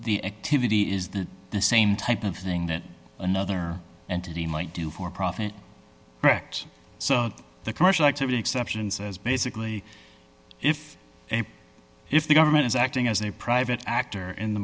activity is the same type of thing that another entity might do for profit correct the commercial activity exception says basically if if the government is acting as a private actor in the